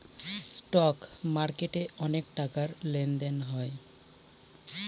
stock মার্কেটে অনেক টাকার লেনদেন হয়